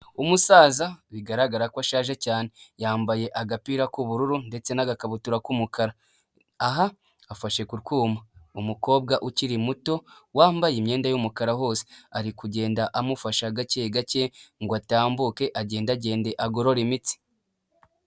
Umusaza bigaragara ko ashaje cyane yambaye agapira k'ubururu ndetse n'agakabutura k'umukara aha afashe kurwuma umukobwa ukiri muto wambaye imyenda y'umukara hose ari kugenda amufashe gake gake ngo atambuke agenda agende agorore imitsi.